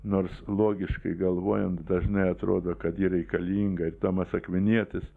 nors logiškai galvojant dažnai atrodo kad ji reikalinga ir tomas akvinietis